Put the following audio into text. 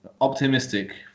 optimistic